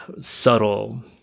subtle